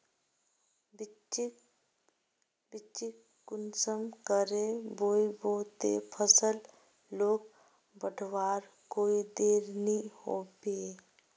बिच्चिक कुंसम करे बोई बो ते फसल लोक बढ़वार कोई देर नी होबे?